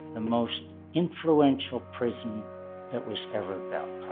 the most influential prison that was ever built